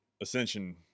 Ascension